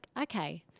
okay